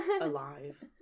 alive